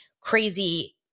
crazy